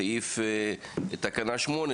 תקנה 8,